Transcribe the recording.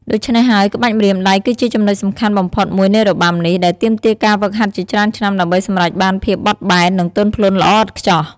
ដូច្នេះហើយ ក្បាច់ម្រាមដៃ គឺជាចំណុចសំខាន់បំផុតមួយនៃរបាំនេះ ដែលទាមទារការហ្វឹកហាត់ជាច្រើនឆ្នាំដើម្បីសម្រេចបានភាពបត់បែន និងទន់ភ្លន់ល្អឥតខ្ចោះ។